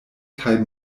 kaj